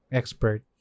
expert